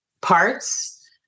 parts